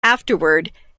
afterward